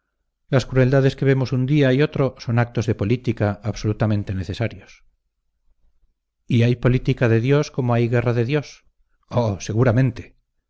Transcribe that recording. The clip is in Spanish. las crueldades que vemos un día y otro son actos de política absolutamente necesarios y hay política de dios como hay guerra de dios oh seguramente